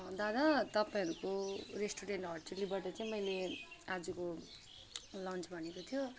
दादा तपाईँहरूको restaurant hut चिल्लीबाट चाहिँ मैले आजको लन्च भनेको थियो